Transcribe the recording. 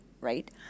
right